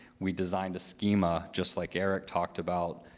we designed a schema, just like eric talked about,